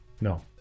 No